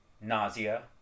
nausea